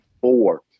four